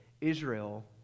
Israel